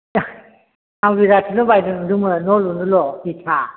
आं बिरादनो बायनो लुबैदोंमोन न' लुनोल' बिथा